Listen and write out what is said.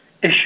issue